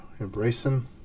embracing